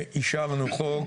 אישרנו חוק.